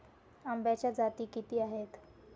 आंब्याच्या जाती किती आहेत?